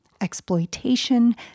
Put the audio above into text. exploitation